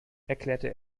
erklärte